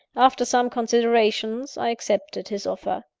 after some consideration, i accepted his offer.